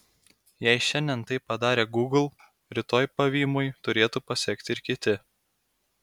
jei šiandien tai padarė gūgl rytoj pavymui turėtų pasekti ir kiti